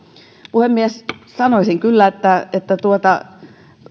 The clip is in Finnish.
puhemies sanoisin kyllä että